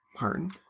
Martin